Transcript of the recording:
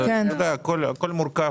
אתה יודע, הכל מורכב.